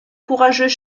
courageux